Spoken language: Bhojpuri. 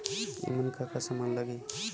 ईमन का का समान लगी?